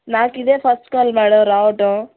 నాకు ఇదే first call madam రావటం